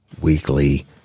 weekly